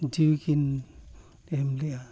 ᱡᱤᱣᱤ ᱠᱤᱱ ᱮᱢ ᱞᱮᱫᱼᱟ